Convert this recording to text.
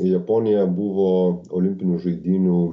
japonija buvo olimpinių žaidynių